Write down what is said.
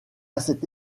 cette